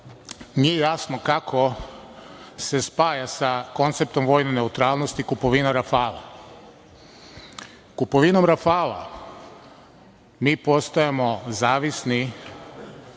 Nije jasno kako se spaja sa konceptom vojne neutralnosti kupovina rafala. Kupovinom rafala mi postajemo zavisni